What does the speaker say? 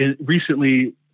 recently